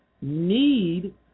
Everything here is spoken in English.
need